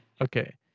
Okay